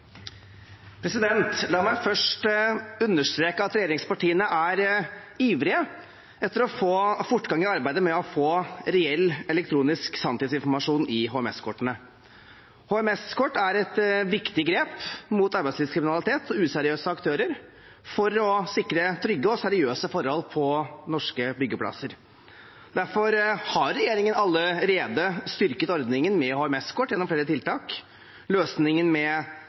ivrige etter å få fortgang i arbeidet med å få reell elektronisk sanntidsinformasjon i HMS-kortene. HMS-kort er et viktig grep mot arbeidslivskriminalitet og useriøse aktører for å sikre trygge og seriøse forhold på norske byggeplasser. Derfor har regjeringen allerede styrket ordningen med HMS-kort gjennom flere tiltak. Løsningen med